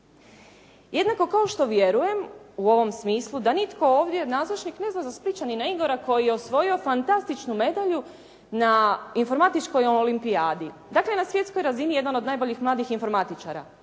Jednako kao što vjerujem u ovom smislu da nitko ovdje od nazočnih ne zna za Splićanina Igora koji je osvojio fantastičnu medalju na informatičkoj olimpijadi, dakle na svjetskoj je razini jedan od najboljih mladih informatičara.